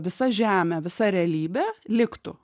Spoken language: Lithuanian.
visa žemė visa realybė liktų